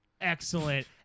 Excellent